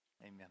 Amen